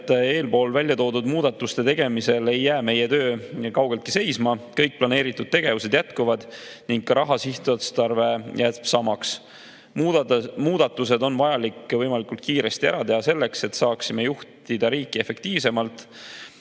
et eespool välja toodud muudatuste tegemisel ei jää meie töö kaugeltki seisma, kõik planeeritud tegevused jätkuvad ning ka raha sihtotstarve jääb samaks. Muudatused on vaja võimalikult kiiresti ära teha selleks, et saaksime juhtida riiki efektiivsemalt.